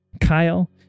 Kyle